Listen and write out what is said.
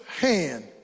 hand